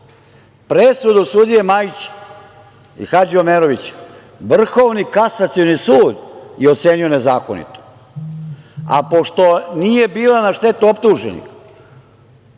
sud. Presudu sudije Majića i Hadži Omerovića Vrhovni kasacioni sud je ocenio nezakonitom, a pošto nije bila na štetu optuženih,